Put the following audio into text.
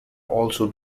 also